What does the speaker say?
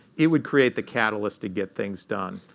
it would create the catalyst to get things done.